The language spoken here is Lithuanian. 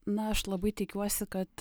na aš labai tikiuosi kad